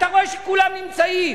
אתה רואה שכולם נמצאים.